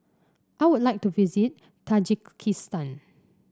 I would like to visit Tajikistan